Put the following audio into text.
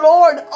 Lord